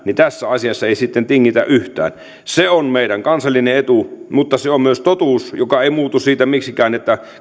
niin tässä asiassa ei sitten tingitä yhtään se on meidän kansallinen etu mutta se on myös totuus joka ei muutu siitä miksikään